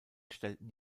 stellten